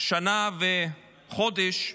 שנה וחודש,